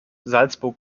salzburg